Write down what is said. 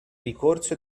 ricorso